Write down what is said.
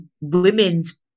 women's